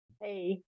Hey